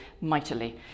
mightily